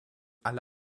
alle